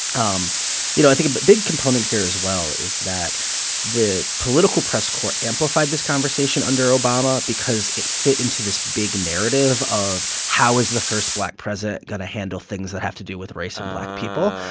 um you know, i think a but big component here, as well, is that the political press corps amplified this conversation under obama because it fit into this big narrative of, how is the first black president going to handle things that have to do with race and ah black people,